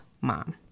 mom